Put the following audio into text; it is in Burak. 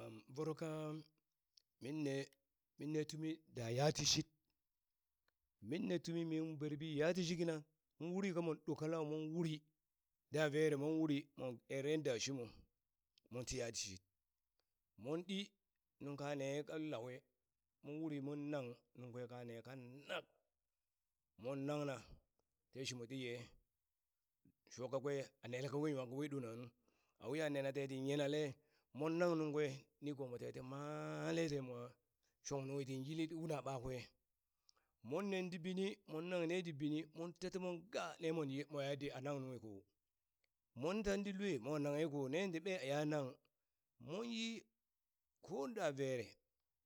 Am voro ka minne minne tumi da yati shid, min ne tumi min berbi yatishit kina, mon uri kamon ɗo kalau mon uri da vere mon uri mo eren da shimo, mon ti yatishid mon ɗi nungka ne ka lauwe mon uri mon nang nuŋ kwe kane kanak mon nangna te shimo ti yee, sho kakwe a nele kakwe nwa kakwe ɗona nu awiha nena teti yinale mon nang nuŋ kwe nigomo te ti maale te mwa shong nunghi tin yili una ɓakwe mon nen ti bini mon naŋ ne tibini mon ta timon gaa ne mon moya de a nang nunghi ko, mon tanti lue mon nanghe ko ne ti ɓee ya nang mon yi kon da vere